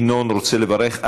ינון רוצה לברך.